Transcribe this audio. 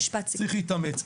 צריך להתאמץ.